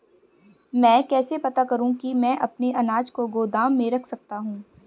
मैं कैसे पता करूँ कि मैं अपने अनाज को गोदाम में रख सकता हूँ?